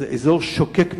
זה אזור שוקק מטיילים,